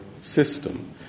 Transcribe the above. system